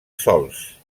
solts